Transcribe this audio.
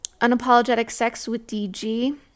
unapologeticsexwithdg